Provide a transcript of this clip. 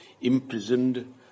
imprisoned